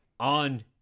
on